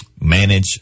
manage